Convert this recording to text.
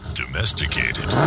domesticated